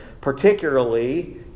particularly